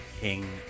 king